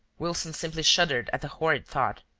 wilson simply shuddered at the horrid thought.